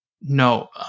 No